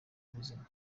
ubuzima